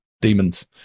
demons